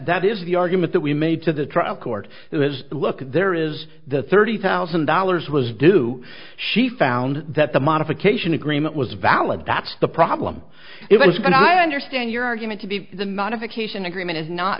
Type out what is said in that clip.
that is the argument that we made to the trial court it was look at there is the thirty thousand dollars was due she found that the modification agreement was valid that's the problem it was going on i understand your argument to be the modification agreement is not